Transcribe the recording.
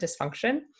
dysfunction